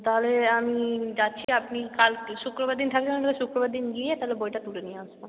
তাহলে আমি যাচ্ছি আপনি কাল শুক্রবার দিন থাকলে আমি তাহলে শুক্রবার দিন গিয়ে তাহলে বইটা তুলে নিয়ে আসব